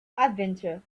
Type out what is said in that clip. adventure